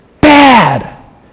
bad